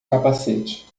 capacete